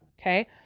Okay